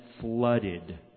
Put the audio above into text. flooded